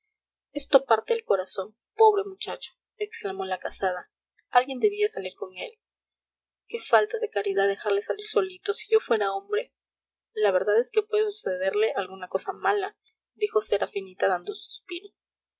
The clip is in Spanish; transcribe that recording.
esto parte el corazón pobre muchacho exclamó la casada alguien debía salir con él qué falta de caridad dejarle salir solito si yo fuera hombre la verdad es que puede sucederle alguna cosa mala dijo serafinita dando un